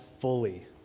fully